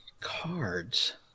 Cards